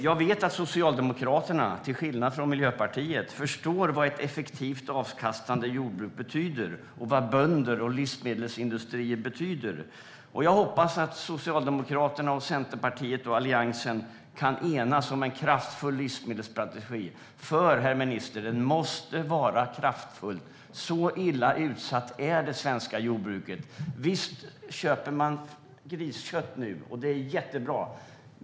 Jag vet att Socialdemokraterna, till skillnad från Miljöpartiet, förstår vad ett effektivt jordbruk som ger avkastning betyder och vad bönder och livsmedelsindustrier betyder. Jag hoppas att Socialdemokraterna och Centerpartiet, och Alliansen, kan enas om en kraftfull livsmedelsstrategi. Den måste nämligen vara kraftfull, herr minister. Så illa utsatt är det svenska jordbruket. Visst köper man griskött nu. Det är jättebra.